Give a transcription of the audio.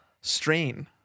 strain